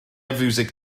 fiwsig